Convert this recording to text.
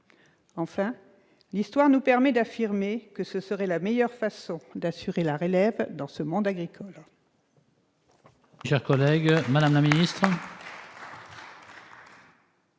? L'histoire nous permet d'affirmer que ce serait la meilleure façon d'assurer la relève dans ce monde agricole.